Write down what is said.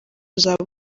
uzaba